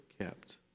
kept